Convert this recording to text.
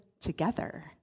together